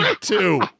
two